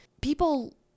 people